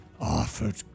Offered